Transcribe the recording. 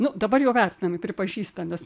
nu dabar jau vertinami pripažįsta nes